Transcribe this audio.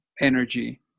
energy